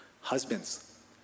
Husbands